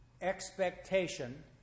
expectation